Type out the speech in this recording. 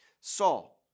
Saul